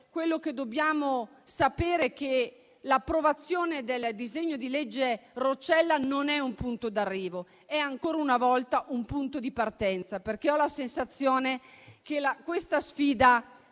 favorevole, dobbiamo sapere che l'approvazione del disegno di legge Roccella non è un punto d'arrivo, ma è ancora una volta un punto di partenza. Ho la sensazione che la sfida